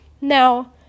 Now